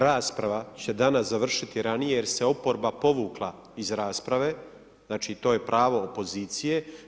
Rasprava će danas završiti ranije jer se oporba povukla iz rasprave, znači to je pravo opozicije.